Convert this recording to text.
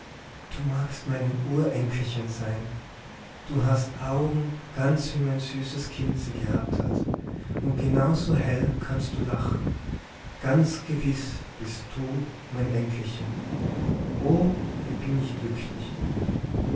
du magst vielleicht mein urenkelchen sein du hast augen ganz wie mein süßes kind sie gehabt hat und genau so hell kannst du lachen ganz gewiß bist du mein enkelchen o wie bin ich glücklich